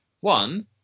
One